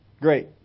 great